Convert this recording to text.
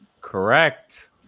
Correct